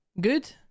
good